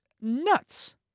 nuts